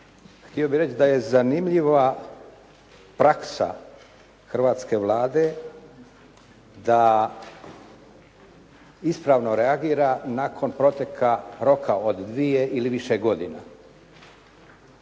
htio bih reći da je zanimljiva praksa hrvatske Vlade da ispravno reagira nakon proteka roka od dvije ili više godina.